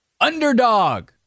Underdog